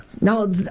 Now